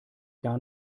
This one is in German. gar